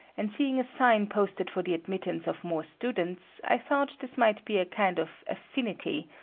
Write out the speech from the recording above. and seeing a sign posted for the admittance of more students, i thought this might be a kind of affinity,